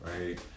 right